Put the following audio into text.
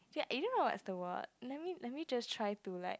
I don't know what is the word let me let me just try to like